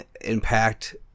impact